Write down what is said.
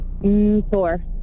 Four